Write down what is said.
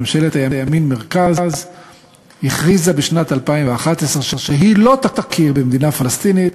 ממשלת הימין-מרכז הכריזה בשנת 2011 שהיא לא תכיר במדינה פלסטינית